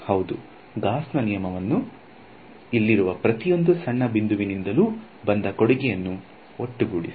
ಹೌದು ಗಾಸ್ ನ ನಿಯಮವನ್ನು ಇಲ್ಲಿರುವ ಪ್ರತಿಯೊಂದು ಸಣ್ಣ ಬಿಂದುವಿನಿಂದಲೂ ಬಂದ ಕೊಡುಗೆಯನ್ನು ಒಟ್ಟುಗೂಡಿಸಿ